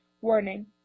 Warning